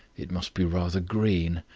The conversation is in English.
it must be rather green.